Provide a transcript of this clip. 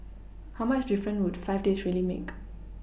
how much difference would five days really make